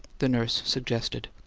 the nurse suggested.